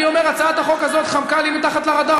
אני אומר, הצעת החוק הזאת חמקה לי מתחת לרדאר.